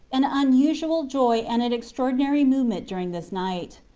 an unusual joy and an extraordinary movement during this night.